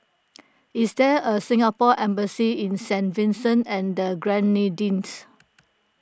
is there a Singapore Embassy in Saint Vincent and the Grenadines